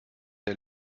der